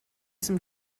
some